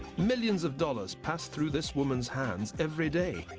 millions of dollars pass through this woman's hands every day.